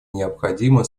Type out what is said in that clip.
необходимо